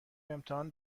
امتحان